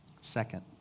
Second